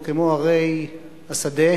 או בערי השדה,